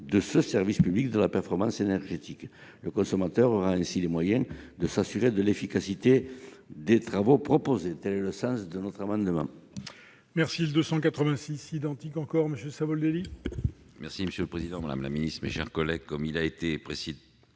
de ce service public de la performance énergétique. Le consommateur aura ainsi les moyens de s'assurer de l'efficacité des travaux proposés. La parole est à M.